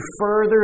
further